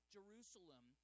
Jerusalem